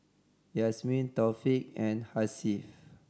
Yasmin Taufik and Hasif